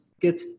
get